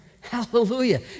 Hallelujah